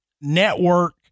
network